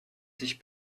sich